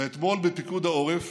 ואתמול בפיקוד העורף